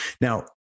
Now